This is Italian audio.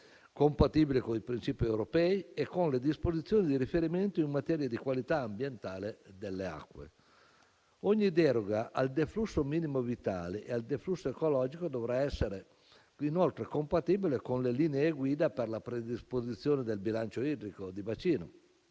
compatibili con i principi europei e con le disposizioni di riferimento in materia di qualità ambientale delle acque. Ogni deroga al deflusso minimo vitale e al deflusso ecologico dovrà essere inoltre compatibile con le linee guida per la predisposizione del bilancio idrico di bacino